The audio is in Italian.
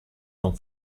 non